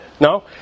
no